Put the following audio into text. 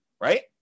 right